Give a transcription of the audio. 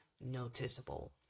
noticeable